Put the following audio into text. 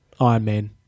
Ironman